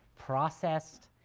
processed,